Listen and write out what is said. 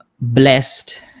blessed